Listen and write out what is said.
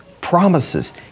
promises